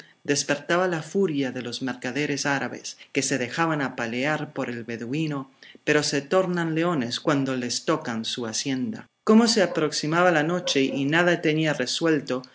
despertaba la furia de los mercaderes árabes que se dejan apalear por el beduino pero se tornan leones cuando les tocan su hacienda como se aproximaba la noche y nada tenía resuelto